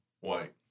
white